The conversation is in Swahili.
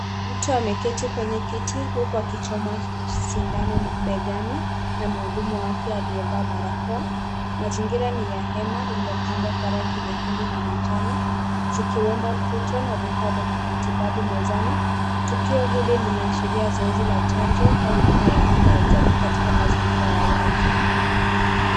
Mtu ameketi kwenye kiti huku akichoma sindano begani na mhudumu wa afya aliyevaa barakoa. Mazingira ni ya hema lililopambwa kwa rangi nyekundu na manjano zikiwemo puto na vifaa vya kimatibabu mezani. Tukio hili linaashiria zoezi ya chanjo au huduma ya